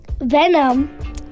Venom